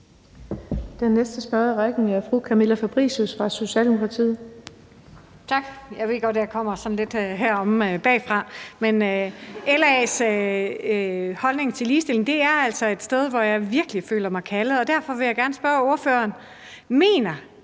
Den næste spørger er fru Camilla Fabricius fra Socialdemokratiet.